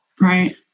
right